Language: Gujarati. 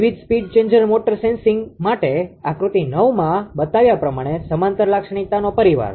વિવિધ સ્પીડ ચેન્જર મોટર સેટિંગ્સ માટે આકૃતિ 9 માં બતાવ્યા પ્રમાણે સમાંતર લાક્ષણિકતાનો પરિવાર